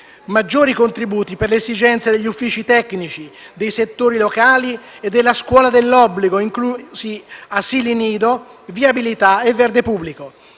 maggiori contributi per le esigenze degli uffici tecnici dei settori locali e della scuola dell'obbligo, inclusi asili nido, viabilità e verde pubblico.